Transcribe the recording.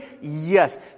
Yes